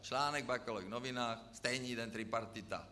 Článek v Bakalových novinách, stejný den tripartita.